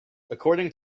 according